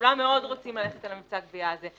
כולם מאוד רוצים ללכת על מבצע הגבייה הזה.